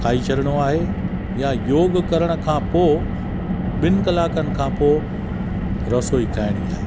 खाई छॾिणो आहे या योग करण खां पोइ ॿिनि कलाकनि खां पोइ रसोई खाइणी आहे